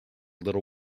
little